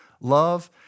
love